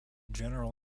general